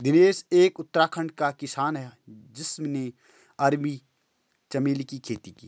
दिनेश एक उत्तराखंड का किसान है जिसने अरबी चमेली की खेती की